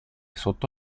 sotto